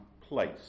place